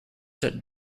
sit